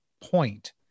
point